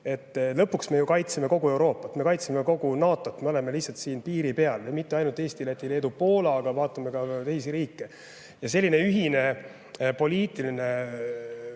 Lõpuks me ju kaitseme kogu Euroopat, me kaitseme kogu NATO-t. Meie oleme lihtsalt siin piiri peal. Ja mitte ainult Eesti, Läti, Leedu ja Poola, vaid ka teised riigid. Selline ühine poliitiline